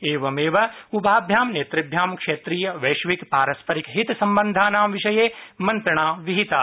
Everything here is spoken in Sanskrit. एवमेव उभाभ्यां नेतृभ्यां क्षेत्रीय वैश्विक पारस्परिक हित सम्बन्धानां विषये मन्त्रणा विहिता